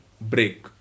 break